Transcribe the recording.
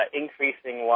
increasing